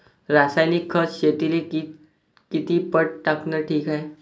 रासायनिक खत शेतीले किती पट टाकनं ठीक हाये?